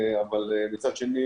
אבל מצד שני